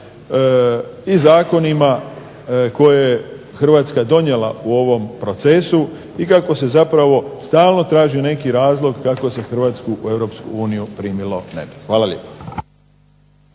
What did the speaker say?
i zakonima koje je Hrvatska donijela u ovom procesu i kako se zapravo stalno traži neki razlog kako se Hrvatsku u Europsku uniju primilo ne bi. Hvala lijepa.